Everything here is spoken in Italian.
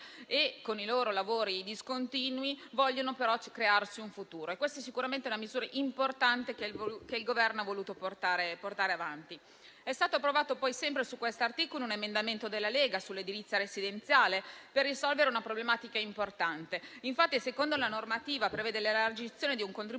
e con i loro lavori discontinui vogliono però crearsi un futuro. Questa è sicuramente una misura importante che il Governo ha voluto portare avanti. Sempre su questo articolo, è stato approvato un emendamento della Lega sull'edilizia residenziale, per risolvere una problematica importante. Infatti, la normativa prevede l'elargizione di un contributo